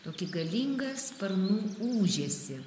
tokį galingą sparnų ūžesį